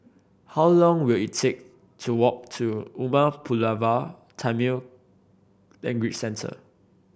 how long will it take to walk to Umar Pulavar Tamil Language Centre